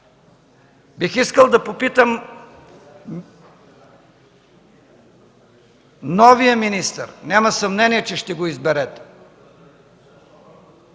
Бих искал да попитам новия министър, няма съмнение, че ще го изберете: